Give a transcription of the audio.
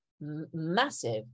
massive